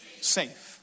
safe